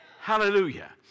Hallelujah